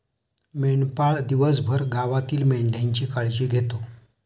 मेंढपाळ दिवसभर गावातील मेंढ्यांची काळजी घेतो